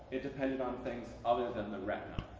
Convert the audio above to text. it depended on things other than the retina.